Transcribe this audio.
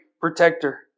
protector